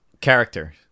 character